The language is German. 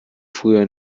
früher